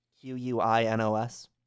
Q-U-I-N-O-S